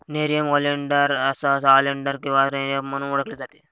nerium oleander सहसा oleander किंवा nerium म्हणून ओळखले जाते